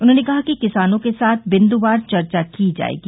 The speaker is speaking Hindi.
उन्होंने कहा कि किसानों के साथ बिन्दुवार चर्चा की जाएगी